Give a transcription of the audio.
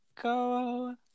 go